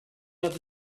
other